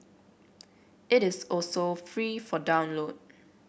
it is also free for download